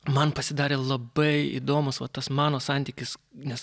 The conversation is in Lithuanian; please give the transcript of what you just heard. man pasidarė labai įdomus va tas mano santykis nes